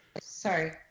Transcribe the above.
Sorry